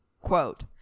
Quote